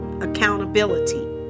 accountability